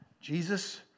Jesus